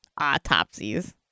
Autopsies